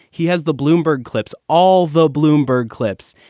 he has the bloomberg clips, all the bloomberg clips.